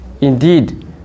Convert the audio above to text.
indeed